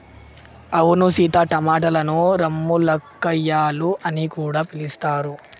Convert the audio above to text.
అవును సీత టమాటలను రామ్ములక్కాయాలు అని కూడా పిలుస్తారు